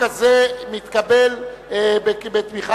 התש"ע